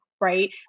right